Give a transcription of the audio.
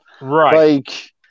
Right